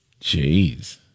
Jeez